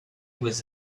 with